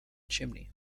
chimney